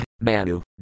Manu